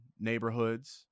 neighborhoods